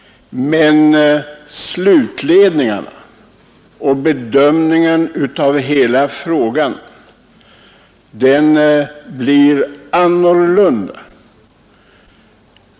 Men slutledningen och bedömningen av hela frågan blir en annan.